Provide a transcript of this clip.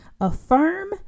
Affirm